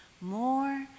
more